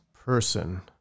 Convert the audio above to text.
person